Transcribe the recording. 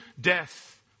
death